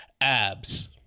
abs